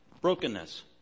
brokenness